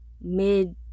mid